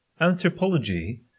anthropology